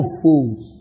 fools